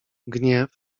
gniew